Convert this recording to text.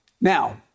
Now